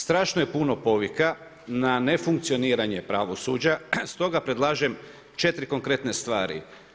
Strašno je puno povika na nefunkcioniranje pravosuđa stoga predlažem četiri konkretne stvari.